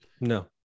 No